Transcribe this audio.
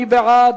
מי בעד?